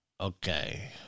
okay